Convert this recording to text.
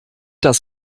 das